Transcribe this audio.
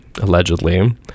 Allegedly